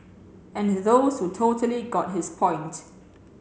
and those who totally got his point